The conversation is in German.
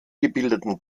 gebildeten